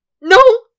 No